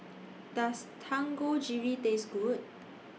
Does Dangojiru Taste Good